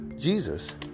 Jesus